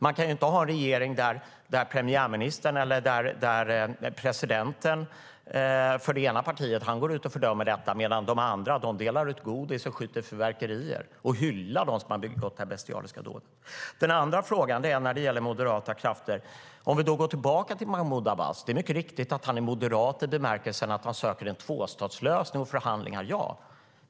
Man kan inte ha en regering där presidenten för det ena partiet går ut och fördömer detta medan de andra delar ut godis och skjuter fyrverkerier och hyllar dem som har begått det här bestialiska dådet. När det gäller den andra frågan om moderata krafter är det mycket riktigt att Mahmud Abas är moderat i bemärkelsen att han söker en tvåstatslösning och förhandlingar, ja.